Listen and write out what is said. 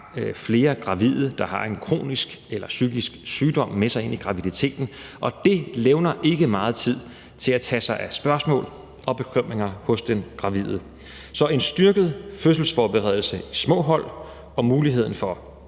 flere gravide, der har en kronisk eller psykisk sygdom med sig ind i graviditeten, og det levner ikke meget tid til at tage sig af spørgsmål og bekymringer hos den gravide. Så en styrket fødselsforberedelse, små hold og muligheden for